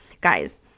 guys